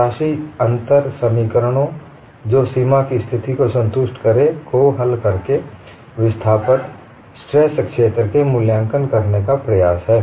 शासी अंतर समीकरणों जो सीमा की स्थिति को संतुष्ट करें को हल करके विस्थापन स्ट्रेस क्षेत्र का मूल्यांकन करने का प्रयास है